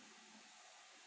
我问他们他们 hor 他们就跟他讲跟我讲 oh 不很清楚 leh